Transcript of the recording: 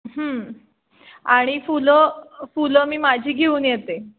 आणि फुलं फुलं मी माझी घेऊन येते